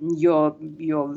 jo jo